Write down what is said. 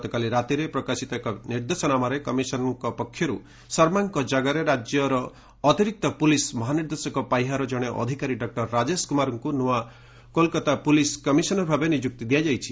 ଗତକାଲି ରାତିରେ ପ୍ରକାଶିତ ଏକ ନିର୍ଦ୍ଦେଶନାମାରେ କମିଶନଙ୍କ ପକ୍ଷରୁ ଶର୍ମାଙ୍କ ଜାଗାରେ ରାଜ୍ୟର ଅତିରିକ୍ତ ପୁଲିସ୍ ମହାନିର୍ଦ୍ଦେଶକ ପାହ୍ୟାର ଜଣେ ଅଧିକାରୀ ଡକ୍ଟର ରାଜେଶ କୁମାରଙ୍କୁ ନୂଆ କଲକାତା ପୁଲିସ୍ କମିଶନର ଭାବେ ନିଯୁକ୍ତି ଦିଆଯାଇଛି